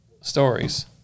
stories